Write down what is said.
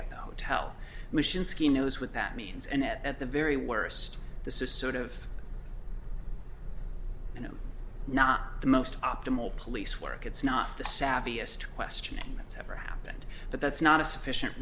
at the towel mission scheme knows what that means and yet at the very worst this is sort of you know not the most optimal police work it's not the savviest questioning that's ever happened but that's not a sufficient